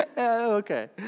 Okay